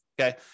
okay